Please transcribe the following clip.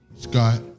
Scott